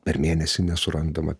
per mėnesį nesurandama